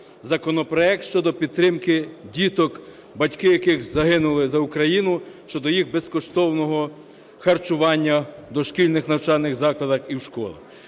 законопроект щодо підтримки діток, батьки яких загинули за Україну, щодо їх безкоштовного харчування в дошкільних навчальних закладах і в школах.